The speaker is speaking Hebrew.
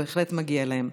בהחלט מגיע להם.